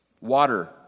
Water